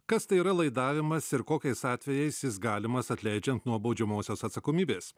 kas tai yra laidavimas ir kokiais atvejais jis galimas atleidžiant nuo baudžiamosios atsakomybės